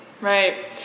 Right